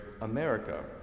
America